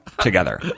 together